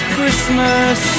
Christmas